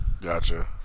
Gotcha